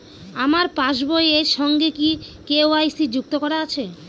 আমার পাসবই এর সঙ্গে কি কে.ওয়াই.সি যুক্ত করা আছে?